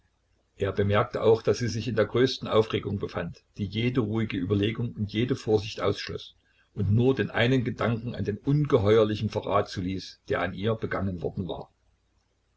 er bemerkte auch daß sie sich in größter aufregung befand die jede ruhige überlegung und jede vorsicht ausschloß und nur den einen gedanken an den ungeheuerlichen verrat zuließ der an ihr begangen worden war